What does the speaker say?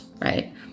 Right